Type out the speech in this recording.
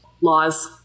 laws